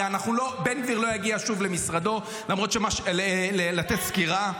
הרי בן גביר לא יגיע שוב לתת סקירה.